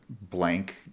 blank